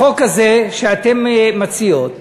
בחוק הזה שאתן מציעות